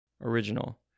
Original